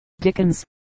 Dickens